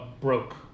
broke